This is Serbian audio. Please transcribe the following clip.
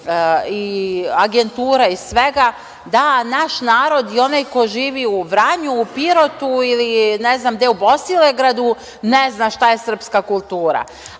agentura i svega da naš narod i onaj ko živi u Vranju, u Pirotu ili, ne znam, gde u Bosilegradu ne zna šta je srpska kultura. Ono